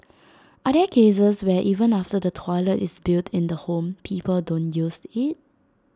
are there cases where even after the toilet is built in the home people don't use IT